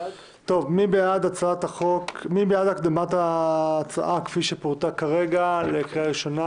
מי בעד הקדמת הדיון בהצעה כפי שפורטה כרגע לקריאה ראשונה?